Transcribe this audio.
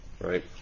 right